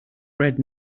red